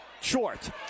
short